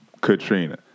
Katrina